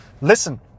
Listen